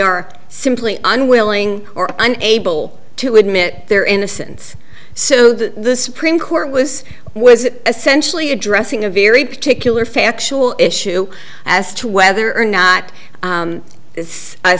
are simply unwilling or unable to admit their innocence so the supreme court was was essentially addressing a very particular factual issue as to whether or not